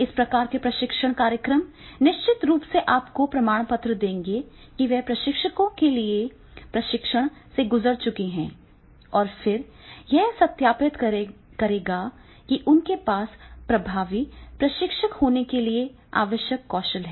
इस प्रकार के प्रशिक्षण कार्यक्रम निश्चित रूप से आपको प्रमाणपत्र देंगे कि वे प्रशिक्षकों के प्रशिक्षण से गुजर चुके हैं और फिर यह सत्यापित करेगा कि उनके पास प्रभावी प्रशिक्षक होने के लिए आवश्यक कौशल हैं